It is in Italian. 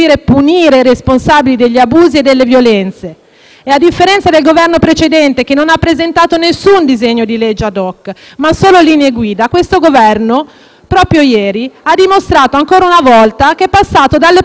e, a differenza del Governo precedente che non ha presentato alcun disegno di legge *ad hoc* ma solo linee guida, questo Governo proprio ieri ha dimostrato, ancora una volta, che è passato dalle parole ai fatti.